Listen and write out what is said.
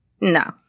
no